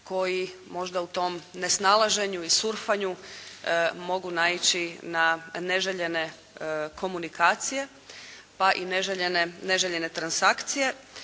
koji možda u tom nesnalaženju i surfanju mogu naići na neželjene komunikacije, pa i neželjene transakcije.